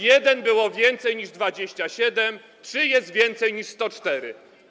1 to więcej niż 27, 3 to więcej niż 104.